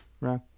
Right